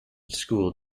school